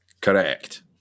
Correct